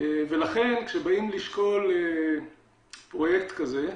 לכן כשבאים לשקול פרויקט כזה,